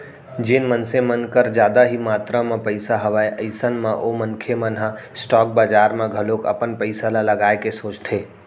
जेन मनसे मन कर जादा ही मातरा म पइसा हवय अइसन म ओ मनखे मन ह स्टॉक बजार म घलोक अपन पइसा ल लगाए के सोचथे